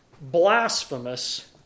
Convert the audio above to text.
blasphemous